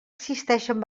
existeixen